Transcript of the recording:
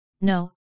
No